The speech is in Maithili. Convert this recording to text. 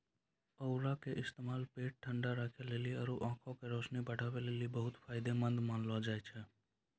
औरा के इस्तेमाल पेट ठंडा राखै लेली आरु आंख के रोशनी बढ़ाबै लेली बहुते फायदामंद मानलो जाय छै